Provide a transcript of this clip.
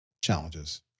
challenges